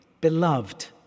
beloved